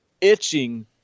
itching